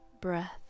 breath